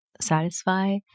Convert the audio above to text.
satisfy